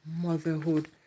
motherhood